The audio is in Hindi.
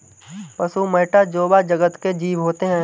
पशु मैटा जोवा जगत के जीव होते हैं